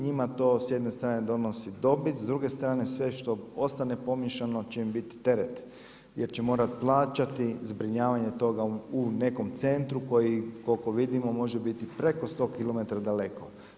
Njima to s jedne strane donosi dobit, s druge strane sve što ostane pomiješano će im biti teret jer će morati plaćati zbrinjavanje toga u nekom centru koji koliko vidimo može biti preko 100 km daleko.